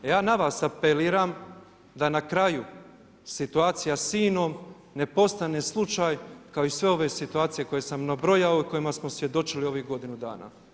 A ja na vas apeliram da na kraju situacija s INA-om ne postane slučaj kao i sve ove situacije koje sam nabrojao i kojima smo svjedočili ovih godinu dana.